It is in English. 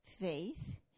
faith